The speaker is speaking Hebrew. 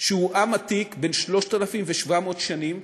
שהוא עם עתיק, בן 3,700 שנים,